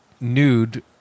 nude